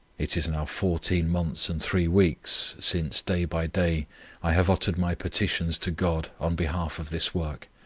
it is now fourteen months and three weeks since day by day i have uttered my petitions to god on behalf of this work.